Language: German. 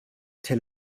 tel